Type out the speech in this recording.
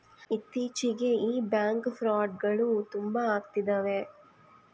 ಇತ್ತೀಚಿಗೆ ಈ ಬ್ಯಾಂಕ್ ಫ್ರೌಡ್ಗಳು ತುಂಬಾ ಅಗ್ತಿದವೆ